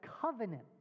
covenant